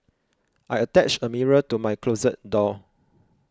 I attached a mirror to my closet door